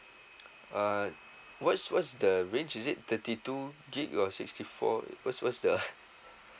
uh what's what's the range is it thirty two gig or sixty four what's what's the